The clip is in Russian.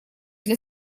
для